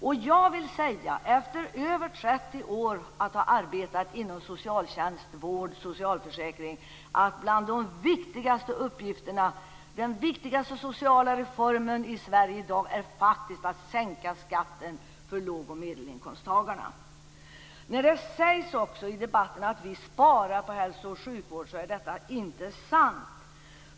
Efter att ha arbetat i över 30 år inom socialtjänst, vård och socialförsäkring vill jag säga att den viktigaste sociala reformen i Sverige i dag är faktiskt att sänka skatten för låg och medelinkomsttagarna. När det sägs i debatten att vi moderater vill spara på hälso och sjukvård är detta inte sant.